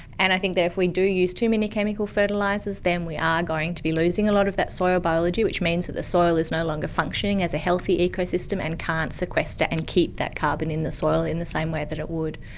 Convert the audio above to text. and i think that if we do use too many chemical fertilisers, then we are going to be losing a lot of that soil biology, which means that the soil is no longer functioning as a healthy healthy ecosystem and can't sequester and keep that carbon in the soil in the same way that it would.